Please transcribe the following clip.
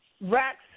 Rex